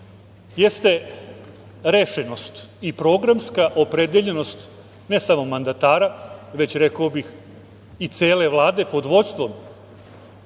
jeste rešenost i programska opredeljenost ne samo mandatara, već, rekao bih, i cele Vlade pod vođstvom